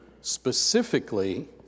specifically